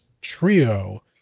Trio